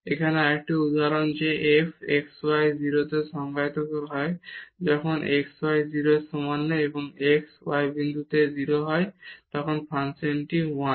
এখানে আরেকটি উদাহরণ যে f x y 0 তে সংজ্ঞায়িত করা হয় যখন x y 0 এর সমান নয় এবং যখন x y বিন্দু 0 হয় তখন এই ফাংশনটি 1